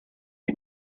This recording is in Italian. nei